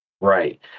Right